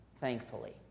thankfully